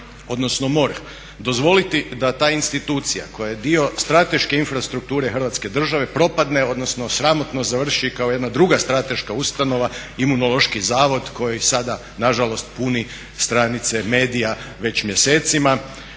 odnosno MORH dozvoliti da ta institucija koja je dio strateške infrastrukture Hrvatske države propadne odnosno sramotno završi kao jedna druga strateška ustanova Imunološki zavod koji sada nažalost puni stranice medija već mjesecima?